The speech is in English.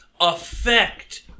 affect